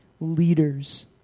leaders